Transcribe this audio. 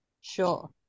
Sure